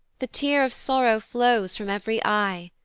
the tear of sorrow flows from ev'ry eye,